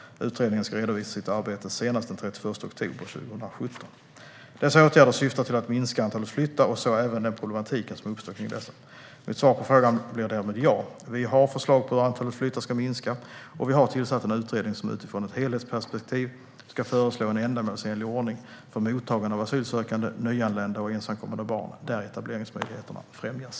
Utredningen ska redovisa sitt arbete senast den 31 oktober 2017. Dessa åtgärder syftar till att minska antalet flyttar och även den problematik som uppstår kring dessa. Mitt svar på frågan blir därmed: Ja, vi har förslag på hur antalet flyttar ska minska, och vi har tillsatt en utredning som utifrån ett helhetsperspektiv ska föreslå en ändamålsenlig ordning för mottagande av asylsökande, nyanlända och ensamkommande barn, där etableringsmöjligheterna främjas.